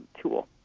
tool